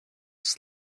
his